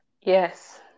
Yes